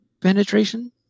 penetration